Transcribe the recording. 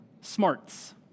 smarts